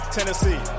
Tennessee